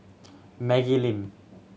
Maggie Lim